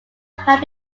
had